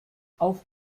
auf